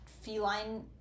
feline